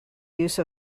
use